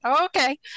okay